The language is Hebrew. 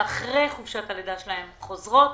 שאחרי חופשת הלידה שלהן חוזרות,